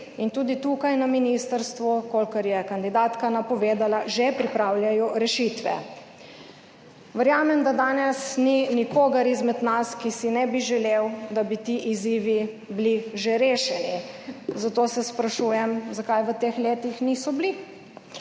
in tudi tukaj na ministrstvu, kolikor je kandidatka napovedala, že pripravljajo rešitve. Verjamem, da danes ni nikogar izmed nas, ki si ne bi želel, da bi ti izzivi bili že rešeni, zato se sprašujem zakaj v teh letih niso bili.